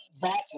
Back